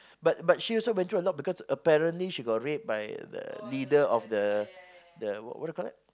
but but she also went through a lot because apparently she got raped by the leader of the the what do you call that